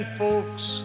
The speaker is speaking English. folks